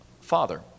father